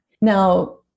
Now